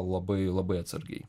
labai labai atsargiai